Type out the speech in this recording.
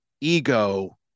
ego